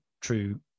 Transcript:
true